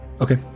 Okay